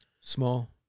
Small